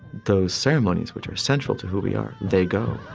those ceremonies, which are essential to who we are, they go